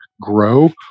grow